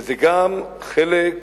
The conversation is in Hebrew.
וזה גם חלק